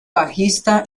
bajista